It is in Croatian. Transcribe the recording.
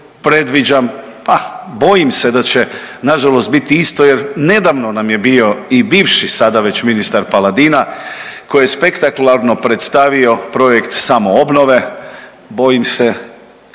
Predviđam, pa bojim se da će nažalost biti isto jer nedavno nam je bio i bivši sada već ministar Paladina koji je spektakularno predstavio projekt samoobnove, bojim se,